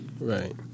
right